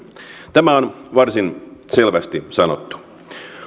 tämä on varsin selvästi sanottu